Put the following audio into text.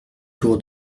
tour